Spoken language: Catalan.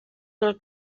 del